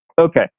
Okay